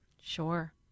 Sure